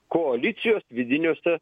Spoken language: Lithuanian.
koalicijos vidiniuose